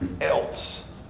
else